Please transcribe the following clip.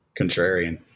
Contrarian